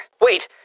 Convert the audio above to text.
Wait